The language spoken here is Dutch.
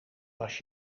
was